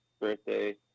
birthday